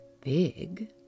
big